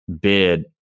bid